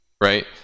Right